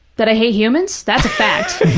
that i hate humans? that's a fact.